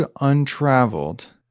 untraveled